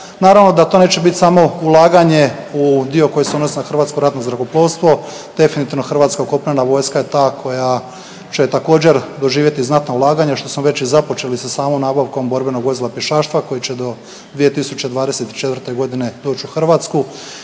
Naravno da to neće biti samo ulaganje u dio koji se odnosi na Hrvatsko ratno zrakoplovstvo. Definitivno hrvatska kopnena vojska je ta koja će također doživjeti znatna ulaganja što smo već i započeli sa samom nabavkom borbenog vozila pješaštva koji će do 2024. godine doći u Hrvatsku